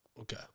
Okay